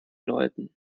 läuten